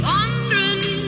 Wondering